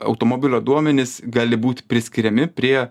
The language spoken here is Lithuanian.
automobilio duomenys gali būt priskiriami prie